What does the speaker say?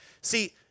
See